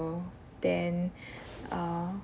then err